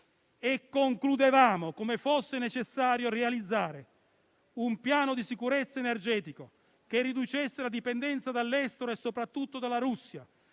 e concludevamo come fosse necessario realizzare un piano di sicurezza energetico che riducesse la dipendenza dall'estero e soprattutto dalla Russia,